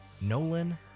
Nolan